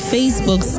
Facebook